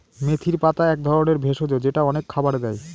মেথির পাতা এক ধরনের ভেষজ যেটা অনেক খাবারে দেয়